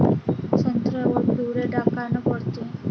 संत्र्यावर पिवळे डाग कायनं पडते?